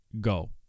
go